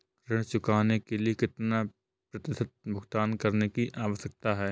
ऋण चुकाने के लिए कितना प्रतिशत भुगतान करने की आवश्यकता है?